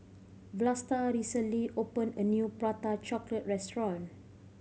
Vlasta recently opened a new Prata Chocolate restaurant